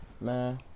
man